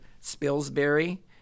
Spillsbury